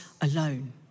alone